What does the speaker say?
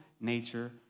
nature